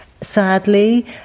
Sadly